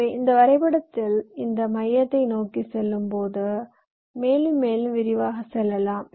எனவே இந்த வரைபடத்தில் இந்த மையத்தை நோக்கி செல்லும்போது மேலும் மேலும் விரிவாக செல்லலாம்